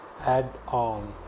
add-on